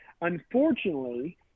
unfortunately